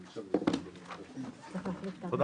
(הגבלת פעילות בתחום התחבורה) (תיקון מס' 9),